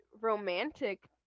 romantic